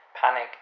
panic